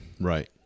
Right